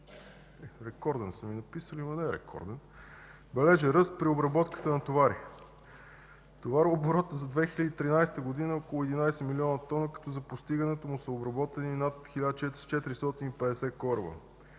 бележи ръст при обработката на товари. Товарооборотът за 2013 г. е около 11 млн. т, като за постигането му са обработени над 1450 кораба.